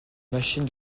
machine